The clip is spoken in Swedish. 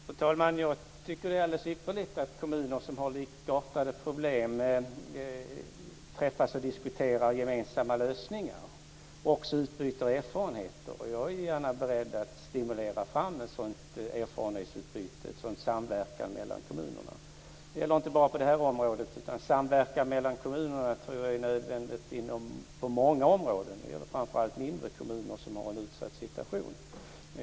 Fru talman! Jag tycker att det är alldeles ypperligt att kommuner som har likartade problem träffas och diskuterar gemensamma lösningar och även utbyter erfarenheter. Jag är gärna beredd att stimulera ett sådant erfarenhetsutbyte och en sådan samverkan mellan kommunerna. Det gäller inte bara på det här området, utan samverkan mellan kommunerna tror jag är nödvändig på många områden - det gäller framför allt de mindre kommuner som har en utsatt situation.